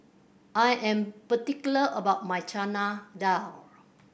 I am particular about my Chana Dal